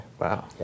Wow